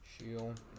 Shield